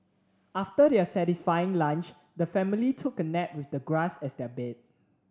after their satisfying lunch the family took a nap with the grass as their bed